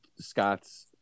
Scott's